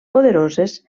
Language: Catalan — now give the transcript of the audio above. poderoses